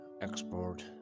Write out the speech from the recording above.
export